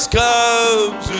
comes